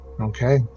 Okay